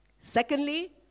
Secondly